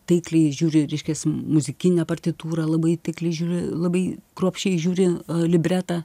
taikliai žiūri reiškias muzikinę partitūrą labai taikliai žiūri labai kruopščiai žiūri libretą